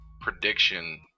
prediction